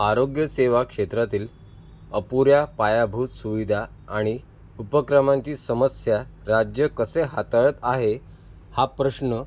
आरोग्य सेवा क्षेत्रातील अपुऱ्या पायाभूत सुविधा आणि उपक्रमांची समस्या राज्य कसे हाताळत आहे हा प्रश्न